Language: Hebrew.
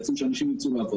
שאנשים ייצאו לעבוד.